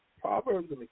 Proverbs